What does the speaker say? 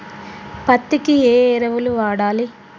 పత్తి కి ఏ ఎరువులు వాడాలి?